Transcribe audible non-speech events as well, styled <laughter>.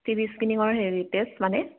TB স্ক্ৰিনিংৰ <unintelligible> মানে